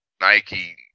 Nike